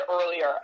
earlier